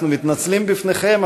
אנחנו מתנצלים בפניכם,